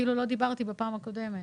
כאילו לא דיברתי בפעם הקודמת.